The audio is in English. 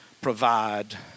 provide